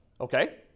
Okay